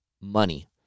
money